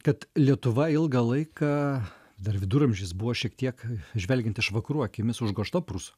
kad lietuva ilgą laiką dar viduramžiais buvo šiek tiek žvelgiant iš vakarų akimis užgožta prūs